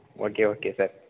okay okay sir